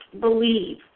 believe